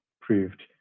proved